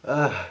ah